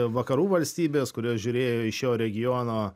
vakarų valstybės kurios žiūrėjo į šio regiono